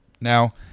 Now